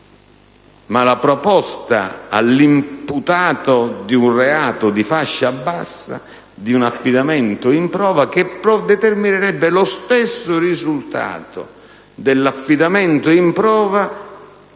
ma proponendo all'imputato di un reato di fascia bassa un affidamento in prova, determinerebbe lo stesso risultato dell'affidamento in prova